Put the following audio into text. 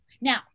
Now